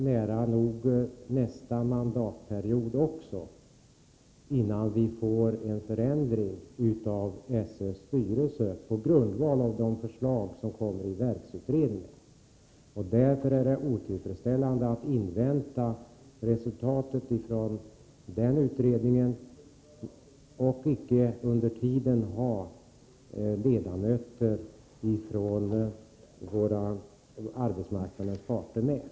Också nästa mandatperiod kommer i det närmaste att gå, innan vi får en förändring av SÖ:s styrelse på grundval av de förslag som läggs fram av verksutredningen. Därför är det otillfredsställande att invänta resultatet av den utredningen och inte under tiden ha ledamöter från arbetsmarknadens parter med.